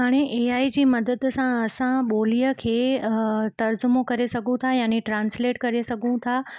हाणे A I जी मदद सां असां ॿोलीअ खे तर्जुमो करे सघो था यानी ट्रांस्लेट करे सघूं था